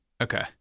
Okay